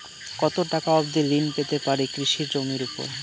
কত টাকা অবধি ঋণ পেতে পারি কৃষি জমির উপর?